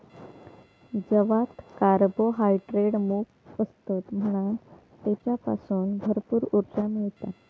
जवात कार्बोहायड्रेट मोप असतत म्हणान तेच्यासून भरपूर उर्जा मिळता